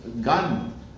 gun